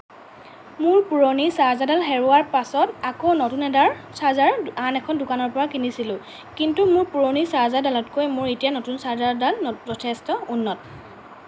মোৰ পুৰণি চাৰ্জাৰডাল হেৰুৱাৰ পাছত আকৌ নতুন এডাল চাৰ্জাৰ আন এখন দোকানৰ পৰা কিনিছিলোঁ কিন্তু মোৰ পুৰণি চাৰ্জাৰডালতকৈ মোৰ এতিয়াৰ নতুন চাৰ্জাৰডাল যথেষ্ট উন্নত